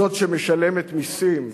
זו שמשלמת מסים,